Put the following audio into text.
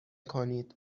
کنید